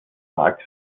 markt